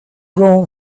room